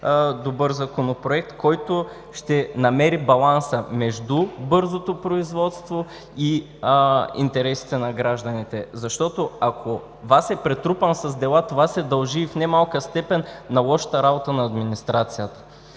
добър Законопроект, който ще намери баланса между бързото производство и интересите на гражданите. Защото, ако ВАС е претрупан с дела, това се дължи в немалка степен на лошата работа на администрацията.